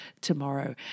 tomorrow